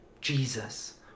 Jesus